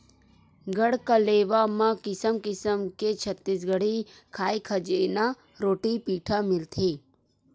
गढ़कलेवा म किसम किसम के छत्तीसगढ़ी खई खजेना, रोटी पिठा मिलथे